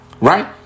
right